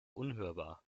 unhörbar